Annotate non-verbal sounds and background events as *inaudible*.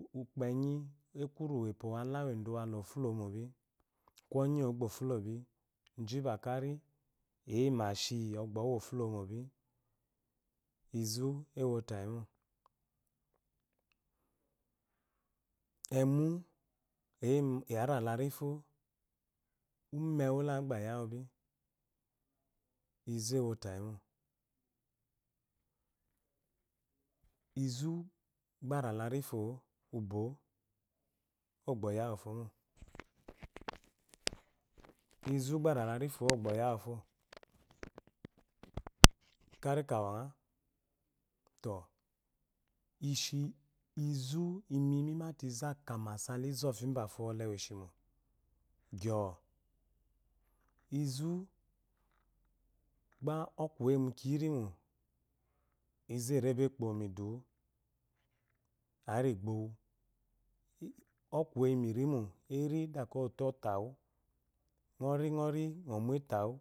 Enu ukpenyi ekuru weho wala we do kari eyi meshi ogbaowo ofulowubi izu ewotayiro emu are larifo umemu lala agba yawubi izu ewotayimo izu gba rala rifo o ubwo ogba yawu fo *noise* izugba rala rifo oba yawufo karikawanga tɔ ishi izu inri mimate izu akamasa hiza fi bafo bwɔle weshimo gyro izu gba okuwu eyi mu kiya nmo izu eri ebo nbomomidiwu ari gbown ɔkuwu yeyi mirimo, eride oto ota wu ngori ngori ngo mutawu